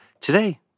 Today